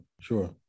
sure